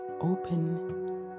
open